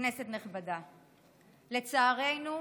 כנסת נכבדה, לצערנו,